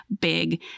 big